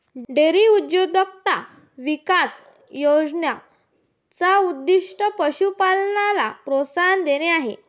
dairy उद्योजकताचा विकास योजने चा उद्दीष्ट पशु पालनाला प्रोत्साहन देणे आहे